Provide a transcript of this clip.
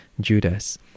Judas